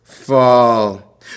fall